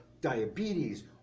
diabetes